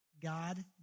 God